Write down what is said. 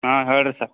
ಹಾಂ ಹೇಳಿರಿ ಸರ್